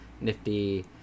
nifty